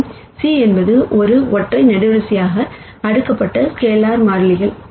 மற்றும் c என்பது ஒரு ஒற்றை காலம்கள் அடுக்கப்பட்ட ஸ்கேலார் மாறிலிகள்